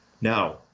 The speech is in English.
Now